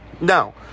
No